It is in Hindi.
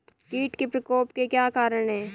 कीट के प्रकोप के क्या कारण हैं?